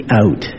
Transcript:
out